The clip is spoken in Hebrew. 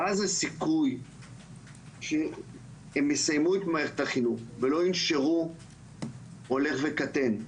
ואז הסיכוי שהם יסיימו את מערכת החינוך ולא ינשרו הולך וקטן,